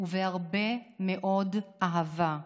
ובהרבה מאוד אהבה.